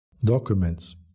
documents